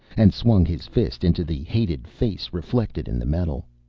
and swung his fist into the hated face reflected in the metal.